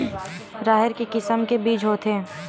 राहेर के किसम के बीज होथे?